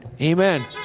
Amen